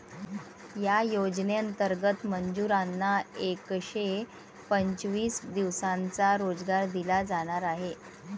या योजनेंतर्गत मजुरांना एकशे पंचवीस दिवसांचा रोजगार दिला जाणार आहे